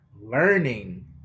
learning